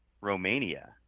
Romania